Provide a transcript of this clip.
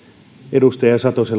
edustaja satosen